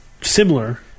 similar